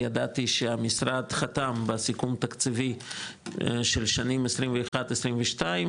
ידעתי שהמשרד חתם בסיכום תקציבי של שנים 21-22,